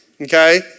okay